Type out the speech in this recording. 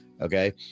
Okay